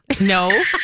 No